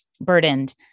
burdened